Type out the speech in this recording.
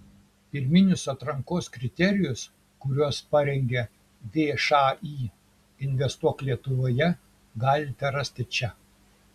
pirminius atrankos kriterijus kuriuos parengė všį investuok lietuvoje galite rasti čia